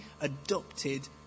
adopted